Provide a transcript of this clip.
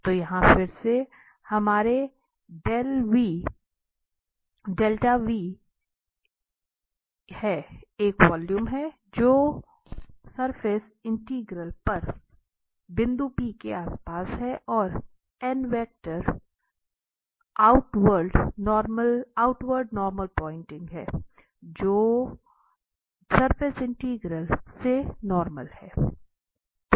तो यहाँ फिर से हमारे 𝛿V है एक वॉल्यूम है और जो सरफेस 𝛿S पर बिंदु P के आसपास है और ऑउटवर्ड नार्मल पॉइंटिंग जो है जो 𝛿S से नार्मल है